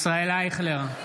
ישראל אייכלר,